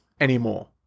anymore